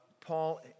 Paul